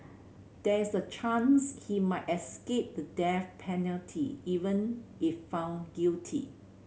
there is a chance he might escape the death penalty even if found guilty